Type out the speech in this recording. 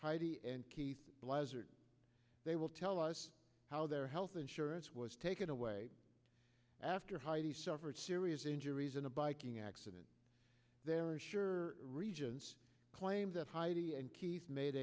heidi and keith black as are they will tell us how their health insurance was taken away after heidi suffered serious injuries in a biking accident there are sure regions claims that heidi and keith made